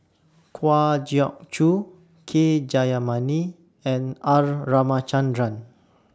Kwa Geok Choo K Jayamani and R Ramachandran